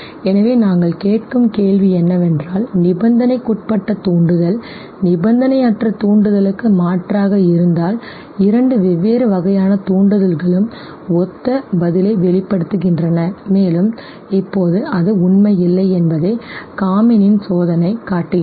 எனவே நாங்கள் கேட்கும் கேள்வி என்னவென்றால் நிபந்தனைக்குட்பட்ட தூண்டுதல் நிபந்தனையற்ற தூண்டுதலுக்கு மாற்றாக இருந்தால் இரண்டு வெவ்வேறு வகையான தூண்டுதல்களும் ஒத்த பதிலை வெளிப்படுத்து கின்றன மேலும் இப்போது அது உண்மை இல்லை என்பதைக் Kamin ன் சோதனை காட்டுகிறது